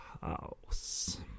house